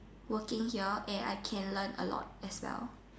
working here and I can learn a lot as well